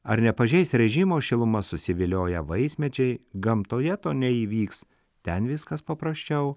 ar nepažeis režimo šiluma susivilioję vaismedžiai gamtoje to neįvyks ten viskas paprasčiau